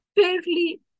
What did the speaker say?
fairly